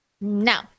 No